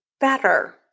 better